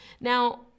Now